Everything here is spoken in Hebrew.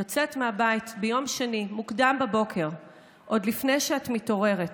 יוצאת מהבית ביום שני מוקדם בבוקר עוד לפני שאת מתעוררת